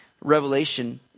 Revelation